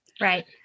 Right